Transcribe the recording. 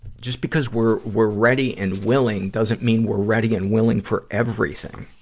just because we're, we're ready and willing doesn't mean we're ready and willing for everything.